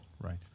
Right